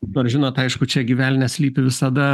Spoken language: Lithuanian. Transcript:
dar žinot aišku čia gi velnias slypi visada